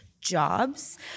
jobs